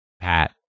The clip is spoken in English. Pat